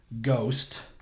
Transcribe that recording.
ghost